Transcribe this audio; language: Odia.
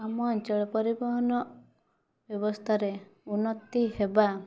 ଆମ ଅଞ୍ଚଳ ପରିବହନ ବ୍ୟବସ୍ତାରେ ଉନ୍ନତି ହେବା